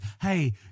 hey